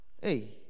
Hey